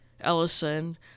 Ellison